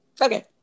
Okay